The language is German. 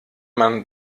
man